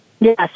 Yes